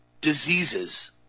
diseases